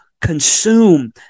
consume